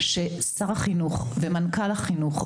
ששר החינוך ומנכ"ל משרד החינוך,